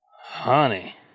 honey